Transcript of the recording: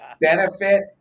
benefit